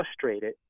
frustrated